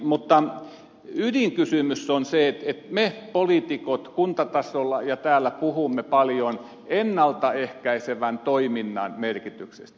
mutta ydinkysymys on se että me poliitikot kuntatasolla ja täällä puhumme paljon ennalta ehkäisevän toiminnan merkityksestä